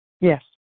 Yes